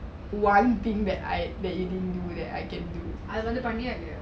அது வந்து பணிய இல்லையா:athu vanthu paniya illaya